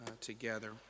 together